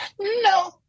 No